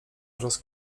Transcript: oraz